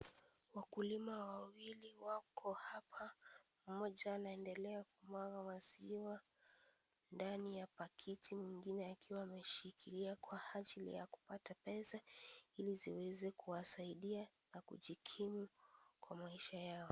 Wakulima wawili wako hapa, mmojaanaendelea kumwaga maziwa ndani ya pakiti mwingine ameshikilia Kwa ajili ya kupata pesa Ile ziweze kuwasaidia na kujikinga Kwa maisha yao.